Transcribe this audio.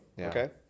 okay